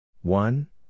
one